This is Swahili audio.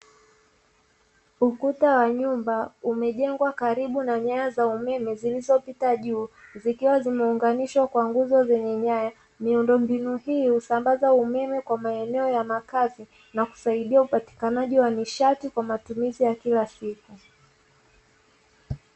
Ukuta wa nyumba umejengwa karibu na nyaya za umeme zilizopita juu zikiwa zimeunganishwa kwa nguzo zenye nyaya. Miundombinu hii husambaza umeme kwa maeneo ya makazi na kusaidia upatikani wa nishati kwa matumizi ya kila siku.